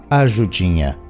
ajudinha